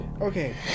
Okay